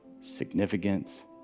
significance